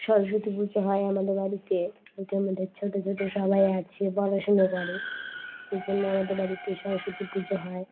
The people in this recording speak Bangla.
সরস্বতী পুজো হয় আমাদের বাড়িতে সেহতে আমাদের ছোটো ছোটো সবাই আছে পড়াশুনো করে সেই জন্য আমাদের বাড়িতে সরস্বতী পুজো হয়